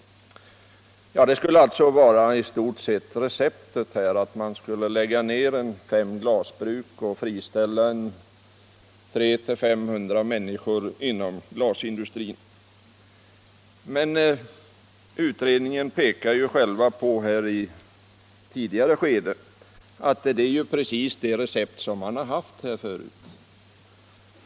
Receptet skulle alltså i stort sett vara att lägga ned ungefär fem glasbruk och friställa 300-500 människor inom glasindustrin. Utredningen framhåller emellertid själv att detta är precis det recept som man använt tidigare.